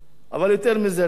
אבל יותר מזה אני אגיד לך.